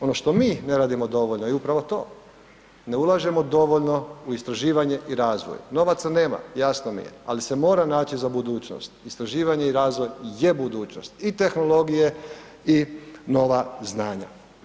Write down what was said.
Ono što mi ne radimo dovoljno je upravo to, ne ulažemo dovoljno u istraživanje i razvoj, novaca nema, jasno mi je, ali se mora naći za budućnost, istraživanje i razvoj je budućnost i tehnologije i nova znanja.